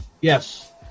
yes